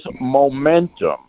momentum